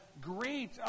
great